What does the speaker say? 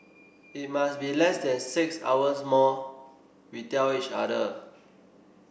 it must be less than six hours more we tell each other